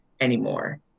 anymore